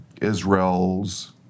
Israel's